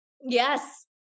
Yes